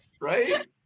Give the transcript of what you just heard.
Right